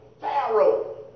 Pharaoh